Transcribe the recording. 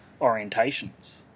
orientations